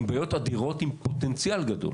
היא עיר עם פוטנציאל גדול,